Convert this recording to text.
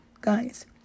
Guys